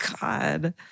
God